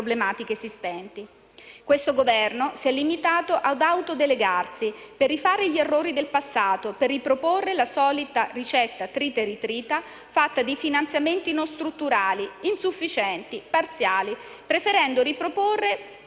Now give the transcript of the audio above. Questo Governo si è limitato ad autodelegarsi, per rifare gli errori del passato, per riproporre la solita ricetta trita e ritrita, fatta di finanziamenti non strutturali, insufficienti, parziali, preferendo riproporre